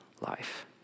life